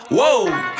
Whoa